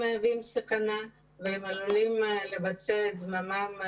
מהווים סכנה והם עלולים לבצע שוב את זממם.